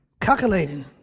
calculating